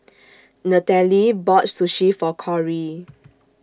Natalee bought Sushi For Kori